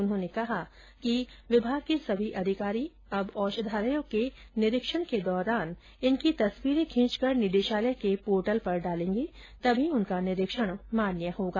उन्होंने कहा कि आयुर्वेद विभाग के सभी अधिकारी अब औषधालयों के निरीक्षण के दौरान इनकी तस्वीरें खींचकर निदेशालय के पोर्टल पर डालेंगे तभी उनका निरीक्षण मान्य होगा